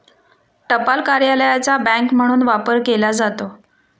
टपाल कार्यालयाचा बँक म्हणून वापर केला जातो